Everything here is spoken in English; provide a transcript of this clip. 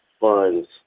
funds